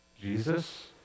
Jesus